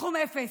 סכום אפס: